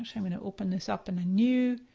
um i'm gonna open this up in a new,